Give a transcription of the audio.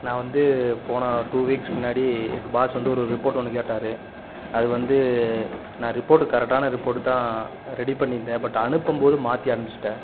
நான் வந்து போன டூ வீக்ஸ் முன்னாடி பாஸ் வந்து ஒரு ரிப்போர்ட் ஒன்று கேட்டார் அது வந்து நான் ரிப்போர்ட்டு கரெக்டான ரிப்போர்ட்டு தான் ரெடி பண்ணிருந்தேன் பட் அனுப்பும்போது மாற்றி அனுப்பிச்சிட்டேன்